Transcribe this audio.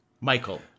Michael